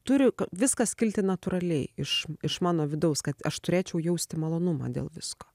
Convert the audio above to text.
turi viskas kilti natūraliai iš iš mano vidaus kad aš turėčiau jausti malonumą dėl visko